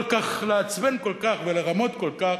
כל כך לעצבן, ולרמות כל כך.